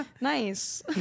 Nice